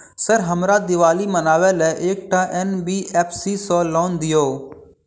Sir हमरा दिवाली मनावे लेल एकटा एन.बी.एफ.सी सऽ लोन दिअउ?